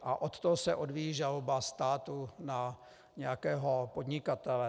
A od toho se odvíjí žaloba státu na nějakého podnikatele.